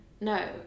no